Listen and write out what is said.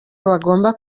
bagomba